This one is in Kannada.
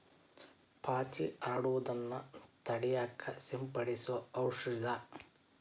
ಪಾಚಿ ಹರಡುದನ್ನ ತಡಿಯಾಕ ಸಿಂಪಡಿಸು ಔಷದ